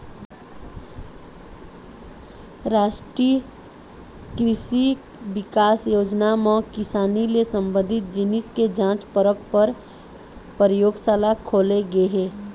रास्टीय कृसि बिकास योजना म किसानी ले संबंधित जिनिस के जांच परख पर परयोगसाला खोले गे हे